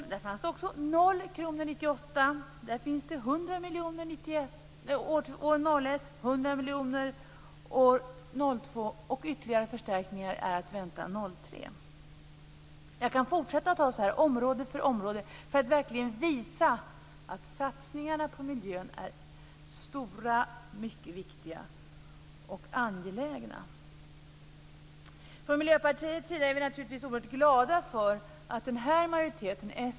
Också där fanns det 0 kr år 1998 men där finns det 100 miljoner år 2001 och 100 miljoner år 2002. Ytterligare förstärkningar är att vänta år 2003. Jag kan fortsätta med område efter område för att verkligen visa att satsningarna på miljön är stora, mycket viktiga och angelägna.